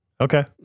Okay